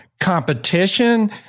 competition